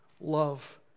love